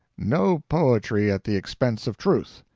no poetry at the expense of truth.